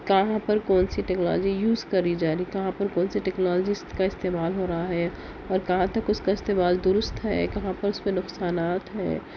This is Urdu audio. کہاں پر کون سی ٹیکنالوجی یوز کری جاری کہاں پر کون سی ٹیکنالوجی کا استعمال ہو رہا ہے اور کہاں تک اس کا استعمال درست ہے کہاں پر اس پہ نقصانات ہیں